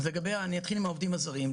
אני אתחיל עם העובדים הזרים.